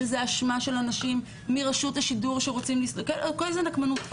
שזה אשמה של אנשים מרשות השידור שרוצים הכול זה נקמנות.